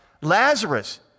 Lazarus